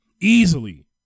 Easily